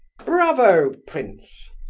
bravo, prince!